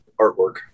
artwork